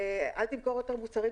אל תמכור יותר מוצרים,